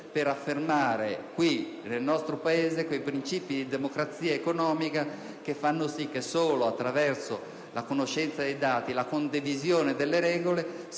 per affermare nel nostro Paese quei princìpi di democrazia economica che fanno sì che solo attraverso la conoscenza dei dati e la condivisione delle regole